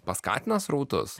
paskatina srautus